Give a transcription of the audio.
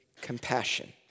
compassion